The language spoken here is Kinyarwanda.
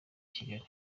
kigali